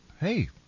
hey